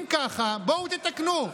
אם ככה, בואו ותקנו,